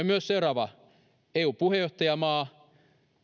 myös seuraava eun puheenjohtajamaa